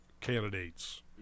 candidates